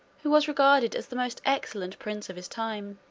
who was regarded as the most excellent prince of his time.